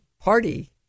party